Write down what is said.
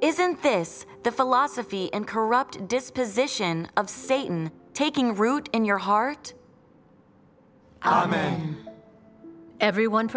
isn't this the philosophy and corrupt disposition of satan taking root in your heart every one for